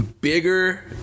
bigger